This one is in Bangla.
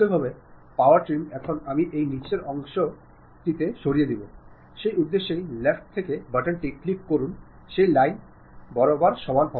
একইভাবে পাওয়ার ট্রিম এখন আমি এই নীচের অংশটি সরাতে চাই সেই উদ্দেশ্যে লেফটে বোতামটি ক্লিক করুন সেই লাইন বরাবর সরান